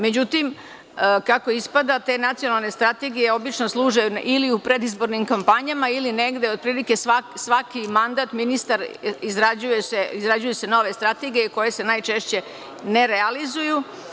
Međutim, kako ispada, te nacionalne strategije obično služe ili u predizbornim kampanjama ili negde svaki mandat se izrađuju nove strategije koje se najčešće ne realizuju.